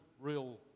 real